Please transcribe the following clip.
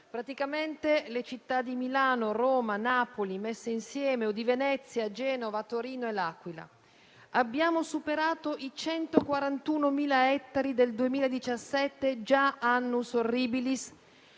praticamente le città di Milano, Roma e Napoli messe insieme o di Venezia, Genova, Torino e L'Aquila. Abbiamo superato i 141.000 ettari del 2017, già *annus horribilis,*